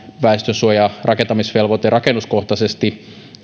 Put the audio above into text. väestönsuojan rakentamisen velvoite rakennuskohtaisesti